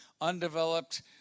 undeveloped